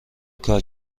کار